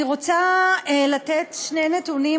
אני רוצה לתת שני נתונים,